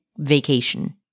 vacation